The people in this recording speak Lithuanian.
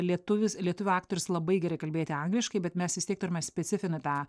lietuvis lietuvių aktorius labai gerai kalbėti angliškai bet mes vis tiek turime specifinį tą